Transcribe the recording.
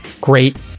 great